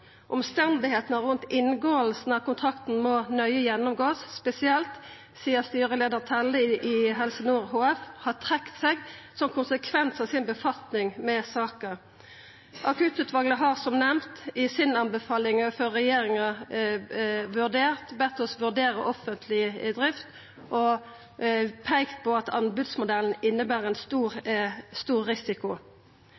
Omstenda rundt inngåing av kontrakten må gjennomgåast nøye, spesielt sidan styreleiar Telle i Helse Nord HF har trekt seg som ein konsekvens av omgangen sin med saka. Akuttutvalet har – som nemnt – i anbefalingane sine til regjeringa bedt oss vurdera offentleg drift og peikt på at anbodsmodellen inneber ein stor